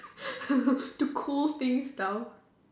to cool things down